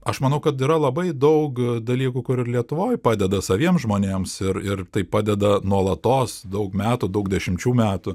aš manau kad yra labai daug dalykų kur ir lietuvoj padeda saviems žmonėms ir ir tai padeda nuolatos daug metų daug dešimčių metų